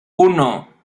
uno